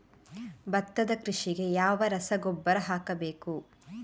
ಭತ್ತದ ಕೃಷಿಗೆ ಯಾವ ರಸಗೊಬ್ಬರ ಹಾಕಬೇಕು?